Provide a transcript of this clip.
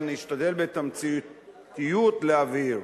אבל נשתדל בתמציתיות להבהיר.